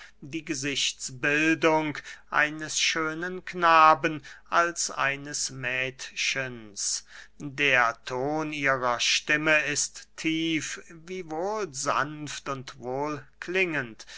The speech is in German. die gesichtsbildung eines schönen knaben als eines mädchens der ton ihrer stimme ist tief wiewohl sanft und